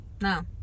No